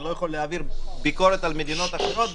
לא יכול שלא להעביר ביקורת על מדינות אחרות,